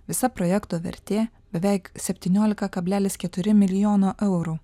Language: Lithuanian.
visa projekto vertė beveik septyniolika kablelis keturi milijono eurų